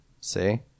See